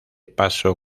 paso